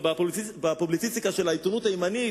בפובליציסטיקה של העיתונות הימנית